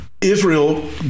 Israel